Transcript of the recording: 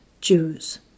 Jews